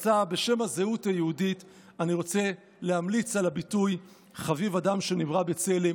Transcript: בשם הזהות היהודית אני רוצה להמליץ על הביטוי "חביב אדם שנברא בצלם".